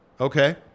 Okay